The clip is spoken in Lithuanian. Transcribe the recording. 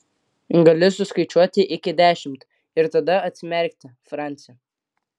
gali suskaičiuoti iki dešimt ir tada atsimerkti franci